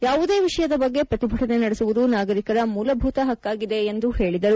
ಯಾವುದೇ ವಿಷಯದ ಬಗ್ಗೆ ಪ್ರತಿಭಟನೆ ನಡೆಸುವುದು ನಾಗರಿಕರ ಮೂಲಭೂತ ಹಕ್ಕಾಗಿದೆ ಎಂದು ಹೇಳಿದರು